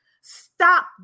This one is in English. stop